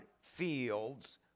fields